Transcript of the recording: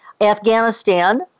Afghanistan